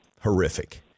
horrific